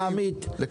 חכה, עמית.